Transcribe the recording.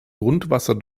grundwasser